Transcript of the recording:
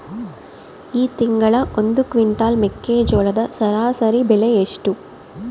ಈ ತಿಂಗಳ ಒಂದು ಕ್ವಿಂಟಾಲ್ ಮೆಕ್ಕೆಜೋಳದ ಸರಾಸರಿ ಬೆಲೆ ಎಷ್ಟು?